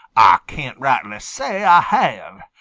ah can't rightly say ah have.